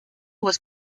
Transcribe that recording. was